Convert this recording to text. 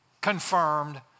confirmed